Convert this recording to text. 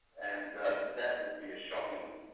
and that would be a shocking